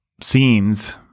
scenes